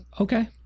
Okay